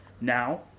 Now